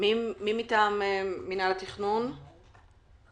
מי מטעם מינהל התכנון נמצא איתנו?